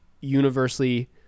universally